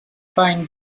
fine